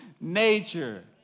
nature